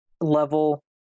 level